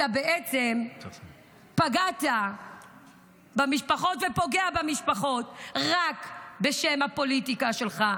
-- אתה בעצם פגעת במשפחות ופוגע במשפחות רק בשם הפוליטיקה שלך.